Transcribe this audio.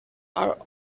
are